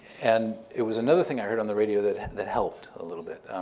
and it was another thing i heard on the radio that that helped a little bit.